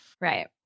Right